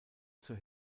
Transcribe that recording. zur